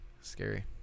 Scary